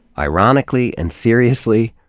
ironically and seriously,